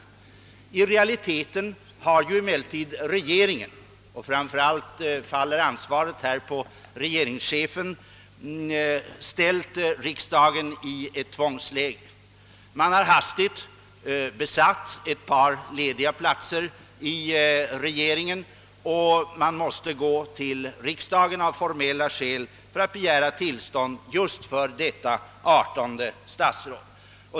I realiteten har emellertid regeringen — och där faller ansvaret framför allt på regeringschefen — ställt riksdagen i ett tvångsläge. Man har hastigt besatt ett par lediga platser i regeringen och måste nu av formella skäl gå till riksdagen och begära tillstånd för detta adertonde statsråd.